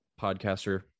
podcaster